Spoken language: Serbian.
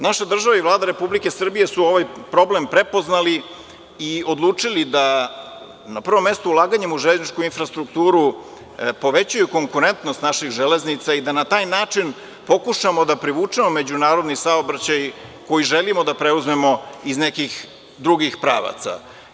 Naša država i Vlada RS su ovaj problem prepoznali i odlučili da, na prvom mestu, ulaganjem u železničku infrastrukturu, povećaju konkurentnost naših železnica i da na taj način pokušamo da povučemo međunarodni saobraćaj koji želimo da preuzmemo iz nekih drugih pravaca.